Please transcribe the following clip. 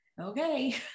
okay